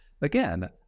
again